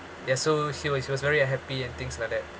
ya so he was he was very happy and things like that